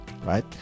right